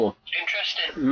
interesting